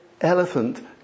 elephant